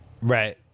Right